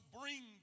bring